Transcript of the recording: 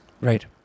Right